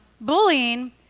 bullying